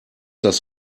das